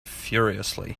furiously